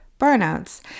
burnouts